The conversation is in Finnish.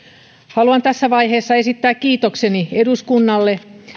haluan tässä vaiheessa esittää kiitokseni eduskunnalle